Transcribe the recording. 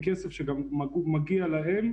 ככל שהמחלה נפוצה בחברה זה גם פוגע בצוותים שלי.